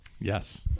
yes